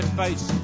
face